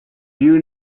you